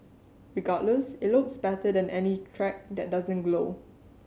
regardless it looks better than any track that doesn't glow